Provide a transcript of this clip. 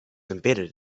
embedded